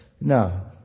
No